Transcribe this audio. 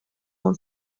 اون